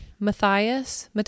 Matthias